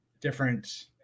different